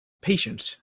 patience